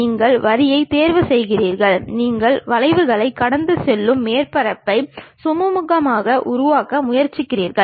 நீங்கள் வரிகளைத் தேர்வு செய்கிறீர்கள் இந்த வளைவுகளைக் கடந்து செல்லும் மேற்பரப்பை சுமுகமாக உருவாக்க முயற்சிக்கிறீர்கள்